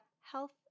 health